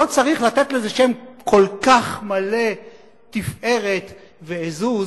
לא צריך לתת לזה שם כל כך מלא תפארת ועזוז.